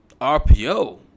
RPO